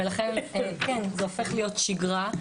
לכן זה הופך להיות שיגרה,